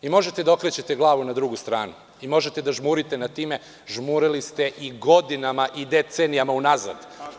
Vi možete da okrećete glavu na drugu stranu, i možete da žmurite nad time, jer žmurili ste i godinama i decenijama unazad.